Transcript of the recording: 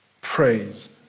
Praise